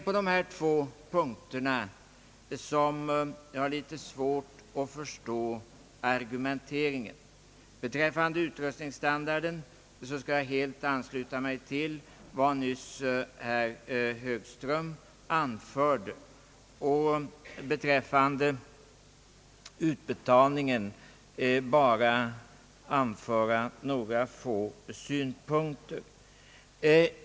| På dessa två punkter har jag litet svårt att förstå argumenteringen. Beträffande utrustningsstandarden kan jag helt ansluta mig till vad herr Högström nyss anförde, men beträffande bostadstilläggets utbetalning vill jag anföra några få synpunkter.